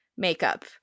makeup